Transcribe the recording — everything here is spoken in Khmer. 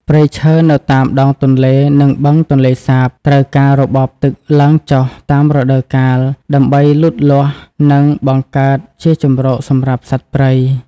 ព្រៃឈើនៅតាមដងទន្លេ និងបឹងទន្លេសាបត្រូវការរបបទឹកឡើងចុះតាមរដូវកាលដើម្បីលូតលាស់ និងបង្កើតជាជម្រកសម្រាប់សត្វព្រៃ។